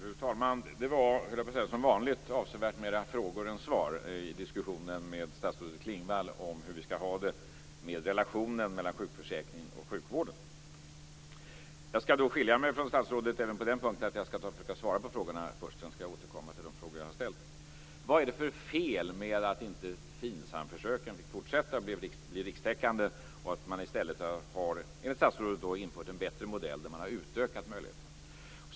Fru talman! Det var, höll jag på att säga, som vanligt avsevärt fler frågor än svar i diskussionen med statsrådet Klingvall om hur vi skall ha det med relationen mellan sjukförsäkringen och sjukvården. Jag skall då skilja mig från statsrådet även på den punkten och försöka svara på frågorna först och sedan återkomma till de frågor som jag har ställt. Vad är det för fel med att inte FINSAM-försöken fick fortsätta och bli rikstäckande och att man i stället, enligt statsrådet, har infört en bättre modell där man har utökat möjligheterna?